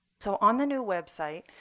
so on the new website,